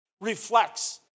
reflects